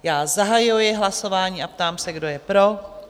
Zahajuji hlasování a ptám se, kdo je pro?